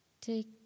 take